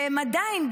ועדיין,